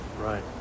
Right